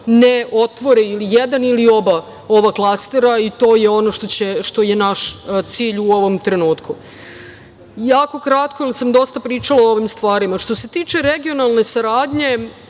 ne otvori ili jedan ili oba ova klastera. To je ono što je naš cilj u ovom trenutku. Jako kratko, jer sam dosta pričala o ovim stvarima. Što se tiče regionalne saradnje,